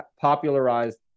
popularized